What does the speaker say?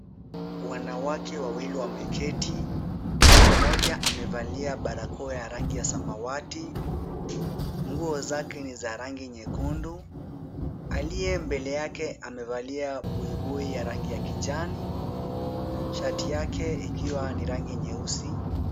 Wanawake wawili wameketi. Mmoja amevalia barakoa ya rangi ya samawati. Nguo zake ni za rangi nyekudu. Aliye mbele yake amevalia buibui ya rangi ya kijani, shati yake ikiwa ni rangi nyeusi.